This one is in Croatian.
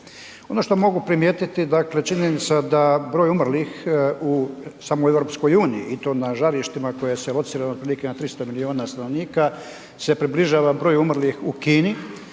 Ono što mogu primijetiti dakle činjenica da broj umrlih u samoj EU i to na žarištima koje se locira otprilike na 300 miliona stanovnika se približava broju umrlih u Kini